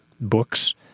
books